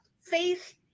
faith